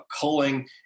culling